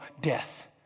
death